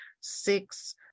six